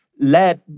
Let